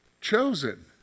chosen